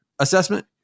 assessment